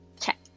check